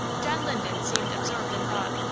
john linden seemed absorbed in thought.